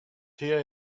here